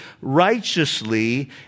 righteously